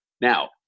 now